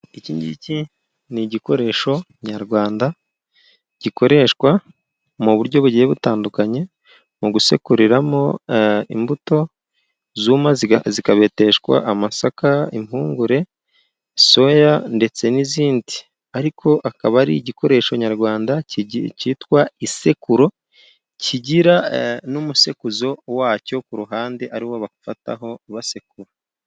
Ikiki ni igikoresho nyarwanda, gikoreshwa mu buryo bugiye butandukanye, mu gusekuriramo imbuto zuma zikabeteshwa, amasaka, impungure, soya ndetse n'izindi, ariko akaba ari igikoresho nyarwanda cyitwa isekururu kigira n'umusekuzo wa cyo ku ruhande, ariwo bafataho basekura.